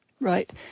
Right